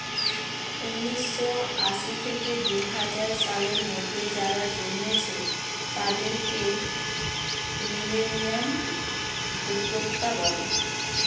উন্নিশো আশি থেকে দুহাজার সালের মধ্যে যারা জন্মেছে তাদেরকে মিলেনিয়াল উদ্যোক্তা বলে